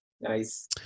Nice